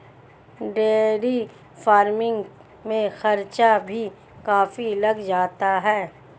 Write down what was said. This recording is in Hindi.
डेयरी फ़ार्मिंग में खर्चा भी काफी लग जाता है